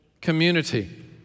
community